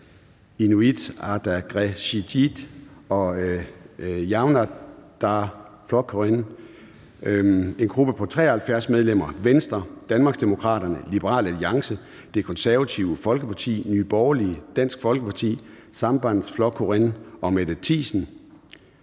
Inuit Ataqatigiit og Javnaðarflokkurin; en gruppe på 73 medlemmer: Venstre, Danmarksdemokraterne, Liberal Alliance, Det Konservative Folkeparti, Nye Borgerlige, Dansk Folkeparti, Sambandsflokkurin og Mette Thiesen